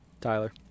Tyler